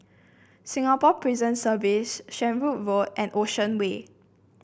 Singapore Prison Service Shenvood Road and Ocean Way